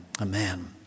Amen